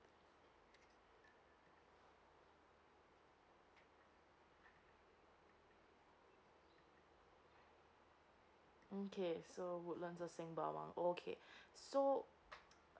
okay so woodlands or sembawang okay so